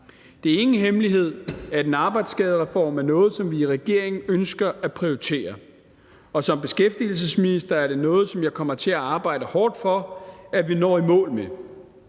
Det er ingen hemmelighed, at en arbejdsskadereform er noget, som vi i regeringen ønsker at prioritere. Og som beskæftigelsesminister er det noget, som jeg kommer til at arbejde hårdt for at vi når i mål med.